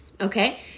okay